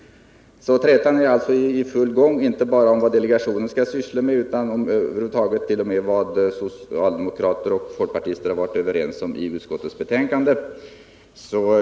Trätan är alltså i full gång, inte bara om vad delegationen skall syssla med utan också om vad socialdemokrater och folkpartister har varit överens om i utskottets betänkande.